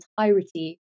entirety